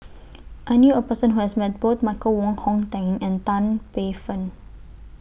I knew A Person Who has Met Both Michael Wong Hong Teng and Tan Paey Fern